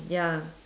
ya